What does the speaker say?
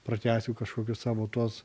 pratęsiu kažkokius savo tuos